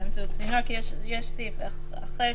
באמצעות צינור כי יש סעיף אחר,